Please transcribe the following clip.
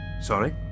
Sorry